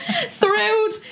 Thrilled